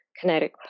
kinetic